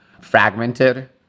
fragmented